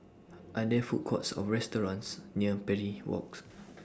Are There Food Courts Or restaurants near Parry Walks